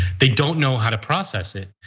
they don't know how to process it.